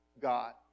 God